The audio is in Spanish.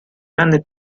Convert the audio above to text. grandes